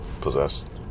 possessed